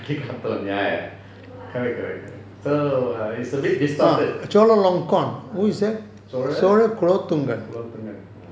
ya ya ya correct correct correct so it's a bit distorted solakulothungan